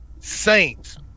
Saints